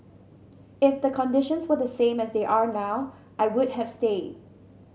if the conditions were the same as they are now I would have stayed